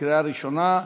לקריאה ראשונה.